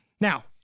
Now